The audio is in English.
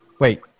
Wait